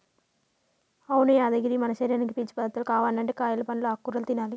అవును యాదగిరి మన శరీరానికి పీచు పదార్థాలు కావనంటే కాయలు పండ్లు ఆకుకూరలు తినాలి